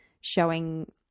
showing